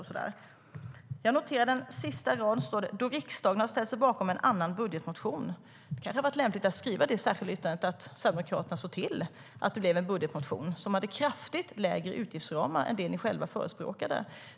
Jag noterar att det i det sista stycket står: "Då riksdagen har ställt sig bakom en annan budgetmotion". Det hade kanske varit lämpligt att skriva i det särskilda yttrandet att Sverigedemokraterna såg till att det blev en budgetmotion som hade kraftigt lägre utgiftsramar än de ni själva förespråkade.